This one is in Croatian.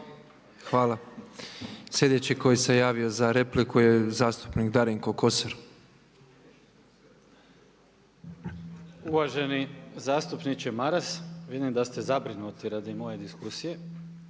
Hvala. Sljedeći koji se javio za repliku je zastupnik Darinko Kosor. **Kosor, Darinko (HSLS)** Uvaženi zastupniče Maras, vidim da ste zabrinuti radi moje diskusije,